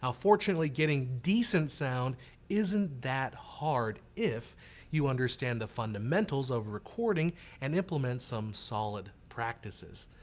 ah fortunately, getting decent sound isn't that hard if you understand the fundamentals of recording and implement some solid practices.